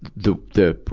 the, the,